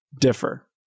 differ